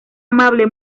amable